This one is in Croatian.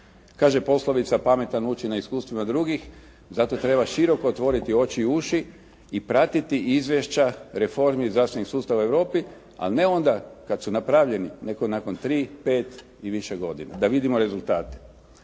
Kaže poslovica "Pametan uči na iskustvima drugih.". Zato treba široko otvoriti oči i uši i pratiti izvješća reformi zdravstvenih sustava u Europi, ali ne onda kada su napravljeni, nego nakon 3, 5 i više godina da vidimo rezultate.